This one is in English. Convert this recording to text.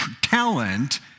talent